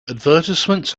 advertisements